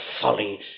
folly